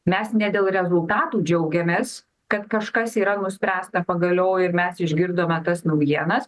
mes ne dėl rezultatų džiaugiamės kad kažkas yra nuspręsta pagaliau ir mes išgirdome tas naujienas